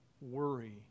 worry